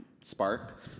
spark